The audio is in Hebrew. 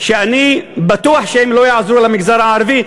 שאני בטוח שהן לא יעזרו למגזר הערבי,